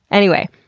anyway,